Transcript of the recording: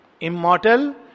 Immortal